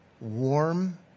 warm